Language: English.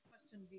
question